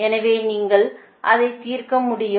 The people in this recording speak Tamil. எனவே நீங்கள் அதை தீர்க்க முடியும்